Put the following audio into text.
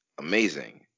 amazing